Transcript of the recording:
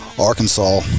Arkansas